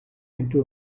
into